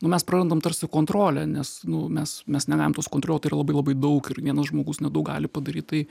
mes prarandam tarsi kontrolę nes nu mes mes negalim to sukontroliuot tai yra labai labai daug ir vienas žmogus nedaug gali padaryt tai